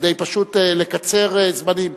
פשוט כדי לקצר זמנים,